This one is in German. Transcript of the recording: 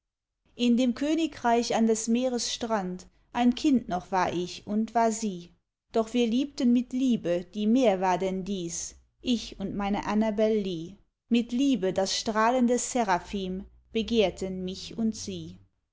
in dem königreich an des meeres strand ein kind noch war ich und war sie doch wir liebten mit liebe die mehr war denn dies ich und meine annabel lee mit liebe daß strahlende seraphim begehrten mich und sie